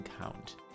count